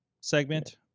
segment